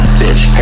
bitch